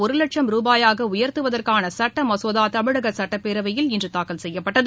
ஒரு லட்சம் ருபாயாக உயர்த்துவதற்கான சுட்ட மசோதா தமிழக சட்டப்பேரவையில் இன்று தாக்கல் செய்யப்பட்டது